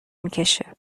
میکشه